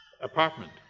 apartment